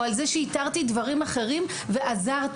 או על זה שאיתרתי דברים אחרים ועזרתי.